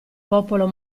popolo